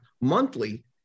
monthly